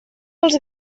els